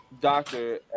doctor